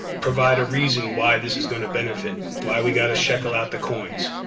provide a reason why this is going to benefit, why we got to shekel out the coins.